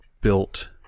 built